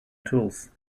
tools